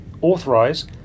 authorize